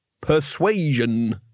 Persuasion